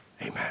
Amen